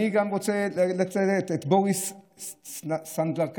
אני רוצה לציין את בוריס סנדלרסקי,